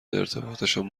ارتباطشان